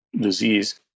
disease